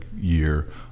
year